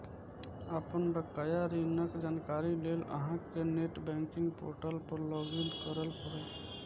अपन बकाया ऋणक जानकारी लेल अहां कें नेट बैंकिंग पोर्टल पर लॉग इन करय पड़त